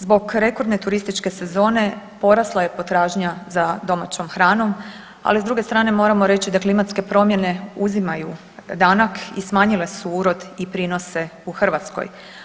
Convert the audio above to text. Zbog rekordne turističke sezone porasla je potražnja za domaćom hranom, ali s druge strane moramo reći da klimatske promjene uzimaju danak i smanjile su urod i prinose u Hrvatskoj.